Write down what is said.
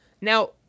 Now